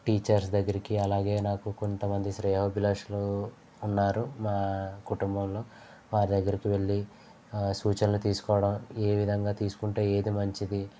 teachers దగ్గరికి అలాగే నాకు కొంతమంది శ్రేయోభిలాషులు ఉన్నారు మా కుటుంబంలో వారి దగ్గరికి వెళ్ళి సూచనలు తీసుకోవడం ఏవిధంగా తీసుకుంటే ఏది మంచిది